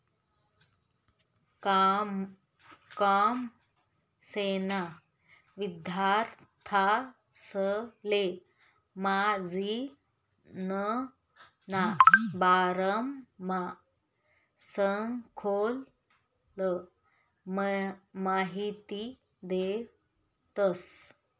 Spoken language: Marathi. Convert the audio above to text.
कॉमर्सना विद्यार्थांसले मार्जिनना बारामा सखोल माहिती देतस